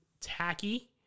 tacky